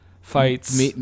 fights